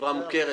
כחברה מוכרת